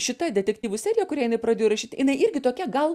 šita detektyvų serija kurią jinai nepradėjo rašyt jinai irgi tokia gal